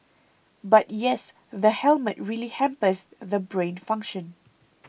but yes the helmet really hampers the brain function